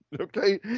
Okay